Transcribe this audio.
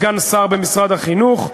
סגן שר במשרד החינוך,